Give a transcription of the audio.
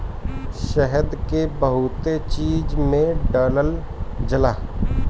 शहद के बहुते चीज में डालल जाला